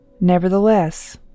Nevertheless